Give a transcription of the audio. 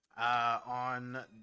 on